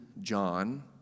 John